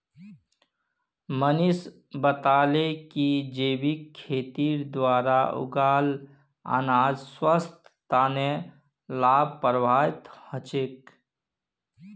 मनीष बताले कि जैविक खेतीर द्वारा उगाल अनाज स्वास्थ्य तने लाभप्रद ह छे